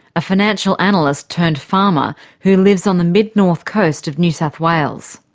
a financial analyst turned farmer who lives on the mid-north coast of new south wales.